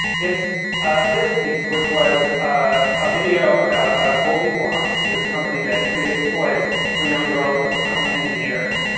it's this piece, which was a video about ah goldie blox, this company that creates toys for young girls to become engineers.